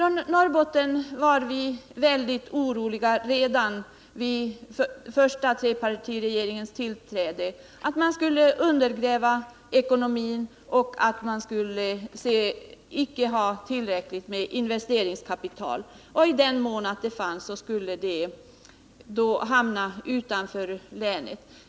I Norrbotten var vi väldigt oroliga redan vid den första trepartiregeringens tillträde. Vi var oroliga för att man skulle undergräva ekonomin, att man icke skulle ha tillräckligt med investeringskapital och att sådant kapital, i den mån det fanns, skulle hamna utanför länet.